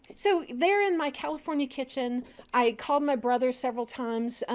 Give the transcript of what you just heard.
so there in my california kitchen i called my brother several times.